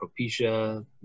Propecia